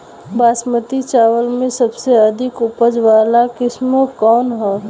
बासमती चावल में सबसे अधिक उपज वाली किस्म कौन है?